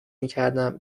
میکردم